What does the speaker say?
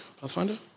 Pathfinder